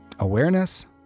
Awareness